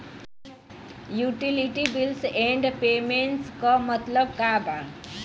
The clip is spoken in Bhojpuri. यूटिलिटी बिल्स एण्ड पेमेंटस क मतलब का बा?